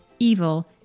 evil